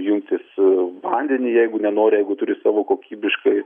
jungtis vandenį jeigu nenori jeigu turi savo kokybiškai